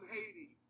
Haiti